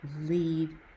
lead